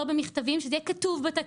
לא במכתבים אלא שזה יהיה כתוב בתקנות.